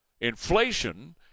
inflation